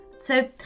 So